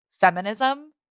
feminism